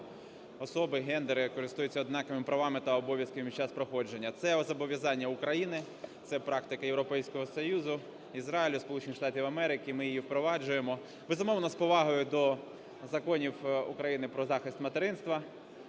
особи, гендери, користуються однаковими правами та обов'язками під час проходження. Це зобов'язання України, це практика Європейського Союзу, Ізраїлю, Сполучених Штатів Америки, ми її впроваджуємо. Безумовно, з повагою до законів України про захист материнства.